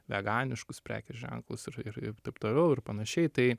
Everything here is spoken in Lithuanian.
veganiškus prekės ženklus ir ir ir taip toliau ir panašiai tai